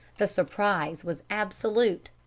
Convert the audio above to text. the surprise was absolute.